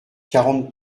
quarante